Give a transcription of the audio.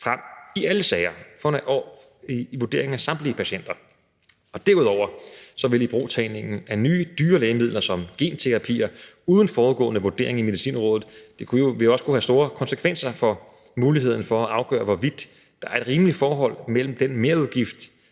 frem i alle sager, i vurderingen af samtlige patienter. Derudover vil ibrugtagningen af nye dyre lægemidler som genterapi uden forudgående vurdering i Medicinrådet jo også kunne have store konsekvenser for muligheden for at afgøre, hvorvidt der er et rimeligt forhold mellem den merudgift,